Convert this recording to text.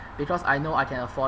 because I know I can afford